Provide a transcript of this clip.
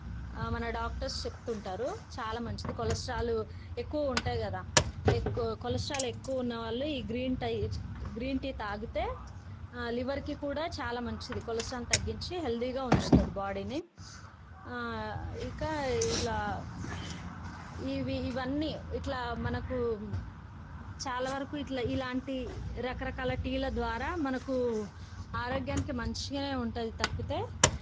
మన డాక్టర్స్ చెప్తుంటారు చాలా మంచిది కొలెస్ట్రాల్ ఎక్కువ ఉంటాయి కదా ఎక్కువ కొలెస్ట్రాల్ ఎక్కువ ఉన్న వాళ్ళు ఈ గ్రీన్ టై గ్రీన్ టీ తాగితే లివర్కి కూడా చాలా మంచిది కొలెస్ట్రాల్ని తగ్గించి హెల్తీగా ఉంచుతుంది బాడీని ఇంకా ఇలా ఇవి ఇవన్నీ ఇట్లా మనకు చాలా వరకు ఇట్లా ఇలాంటి రకరకాల టీల ద్వారా మనకు ఆరోగ్యానికి మంచిగానే ఉంటుంది తప్పితే